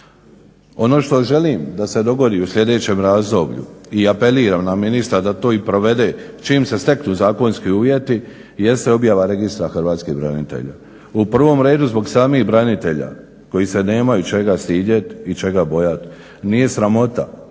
Ono što želim da se dogodi u sljedećem razdoblju i apeliram na ministra da to i provede čim se steknu zakonski uvjeti, jeste objava registra hrvatskih branitelja. U prvom redu zbog samih branitelja, koji se nemaju čega stidjet i čega bojat. Nije sramota,